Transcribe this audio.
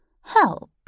Help